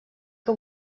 que